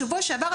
בשבוע שעבר,